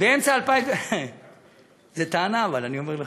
באמצע 2017, אבל זאת טענה, אני אומר לך.